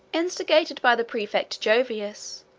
instigated by the praefect jovius,